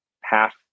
half